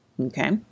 okay